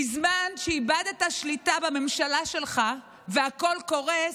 בזמן שאיבדת שליטה בממשלה שלך והכול קורס,